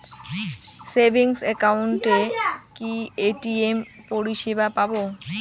Savings একাউন্টে কি ATM পরিসেবা পাব?